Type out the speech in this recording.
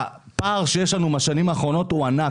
הפער שיש לנו מהשנים האחרונות הוא ענק,